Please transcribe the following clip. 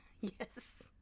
Yes